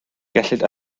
gellid